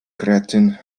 kretyn